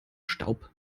staub